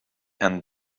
and